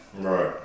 Right